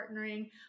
partnering